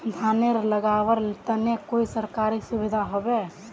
धानेर लगवार तने कोई सरकारी सुविधा होबे?